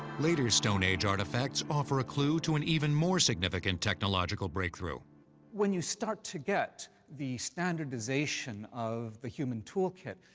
later stone age artifacts offer a clue to an even more significant technological breakthrough. forgeng when you start to get the standardization of the human tool kit,